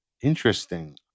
Interesting